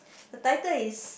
the title is